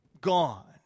gone